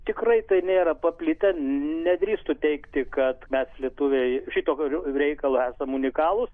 tikrai tai nėra paplitę nedrįstu teigti kad mes lietuviai šituo reikalu esam unikalūs